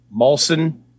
Molson